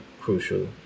crucial